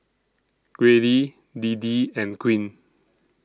Grady Deedee and Queen